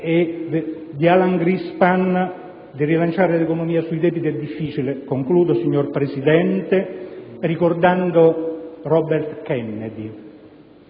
di Alan Greenspan di rilanciare l'economia sui debiti è difficile. Concludo, signor Presidente, ricordando Robert Kennedy.